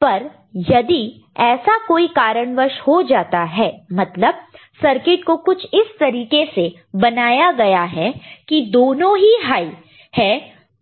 पर यदि ऐसा कोई कारणवश हो जाता है मतलब सर्किट को कुछ इस तरीके से बनाया गया है की दोनों ही हाई है